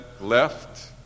left